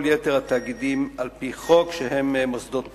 יתר התאגידים על-פי חוק שהם מוסדות תרבות.